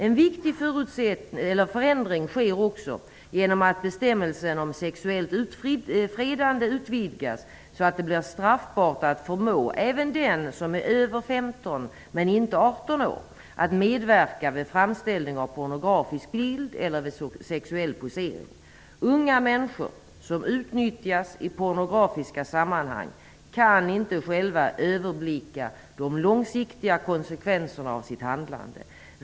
En viktig förändring sker också genom att bestämmelsen om sexuellt ofredande utvidgas så att det blir straffbart att förmå även den som är över 15 år men inte 18 år att medverka vid framställning av pornografisk bild eller vid sexuell posering. Unga människor som utnyttjas i pornografiska sammanhang kan inte själva överblicka de långsiktiga konsekvenserna av sitt handlande.